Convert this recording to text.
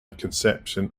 conception